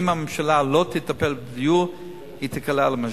אם הממשלה לא תטפל בדיור היא תיקלע למשבר.